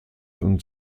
und